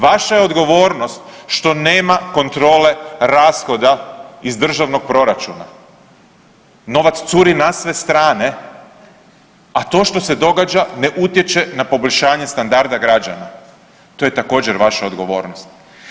Vaša je odgovornost što nema kontrole rashoda iz državnog proračuna, novac curi na sve strane, a to što se događa ne utječe na poboljšanje standarda građana, to je također vaša odgovornost.